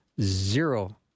zero